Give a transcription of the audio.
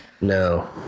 No